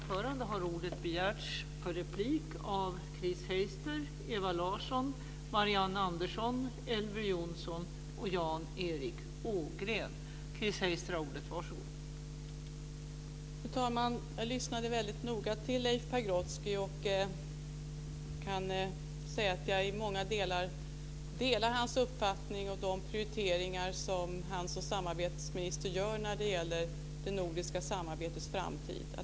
Fru talman! Jag lyssnade noga på Leif Pagrotsky. Jag kan säga att jag i stort delar hans uppfattning och de prioriteringar som han som samarbetsminister gör när det gäller det nordiska samarbetets framtid.